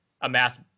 amass